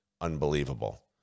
unbelievable